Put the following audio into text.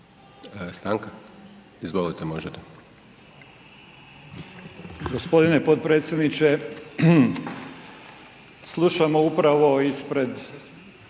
Stanka? Izvolite, možete.